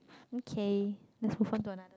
okay let's move on to another